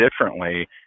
differently